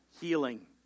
healing